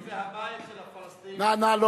ג'נין זה הבית של הפלסטינים, נא לא